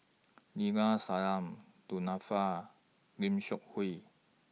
Neila Du Nanfa Lim Seok Hui